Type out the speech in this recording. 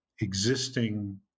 existing